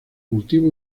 cultivo